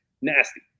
Nasty